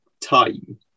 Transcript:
time